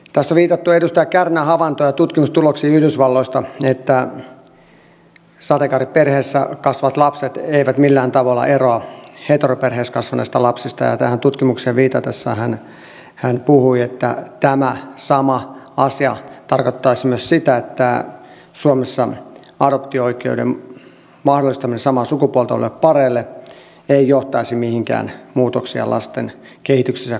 tässä on viitattu edustaja kärnän havaintoon ja tutkimustuloksiin yhdysvalloista että sateenkaariperheessä kasvavat lapset eivät millään tavalla eroa heteroperheissä kasvaneista lapsista ja tähän tutkimukseen viitatessaan hän puhui että tämä sama asia tarkoittaisi myös sitä että suomessa adoptio oikeuden mahdollistaminen samaa sukupuolta oleville pareille ei johtaisi mihinkään muutoksiin lasten kehityksessä ja kasvamisessa